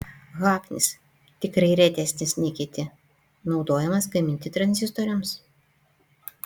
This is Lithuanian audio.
hafnis tikrai retesnis nei kiti naudojamas gaminti tranzistoriams